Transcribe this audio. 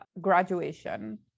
graduation